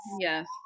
Yes